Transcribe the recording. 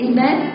Amen